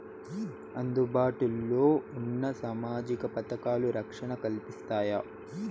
అందుబాటు లో ఉన్న సామాజిక పథకాలు, రక్షణ కల్పిస్తాయా?